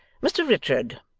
mr richard,